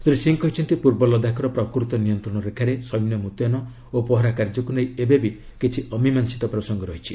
ଶ୍ରୀ ସିଂ କହିଛନ୍ତି ପୂର୍ବ ଲଦାଖର ପ୍ରକୃତ ନିୟନ୍ତ୍ରଣରେଖାରେ ସୈନ୍ୟ ମୁତୟନ ଓ ପହରା କାର୍ଯ୍ୟକୁ ନେଇ ଏବେ ବି କିଛି ଅମୀମାଂସିତ ପ୍ରସଙ୍ଗ ରହିଛି